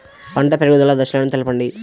పంట పెరుగుదల దశలను తెలపండి?